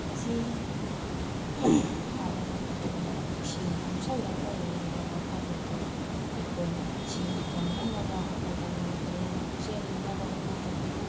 ꯃꯁꯤ ꯍꯥꯠꯂꯕ ꯃꯇꯨꯡꯗ ꯏꯁꯤꯡ ꯇꯨꯡꯁꯤꯜꯂꯒ ꯂꯩꯔꯤꯕ ꯃꯐꯝ ꯑꯗꯨ ꯑꯩꯈꯣꯏꯅ ꯏꯁꯤꯡ ꯀꯪꯅꯅꯕ ꯍꯣꯠꯅꯒꯅꯤ ꯗ꯭ꯔꯦꯟ ꯆꯦꯟꯅꯅꯕ ꯍꯣꯠꯅꯒꯅꯤ